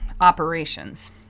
operations